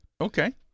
Okay